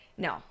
no